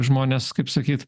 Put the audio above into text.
žmonės kaip sakyt